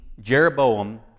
Jeroboam